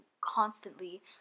constantly